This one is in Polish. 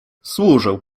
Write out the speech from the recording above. służę